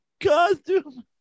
costume